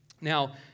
Now